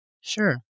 Sure